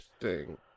Interesting